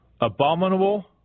abominable